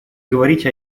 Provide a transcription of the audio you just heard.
говорить